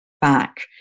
back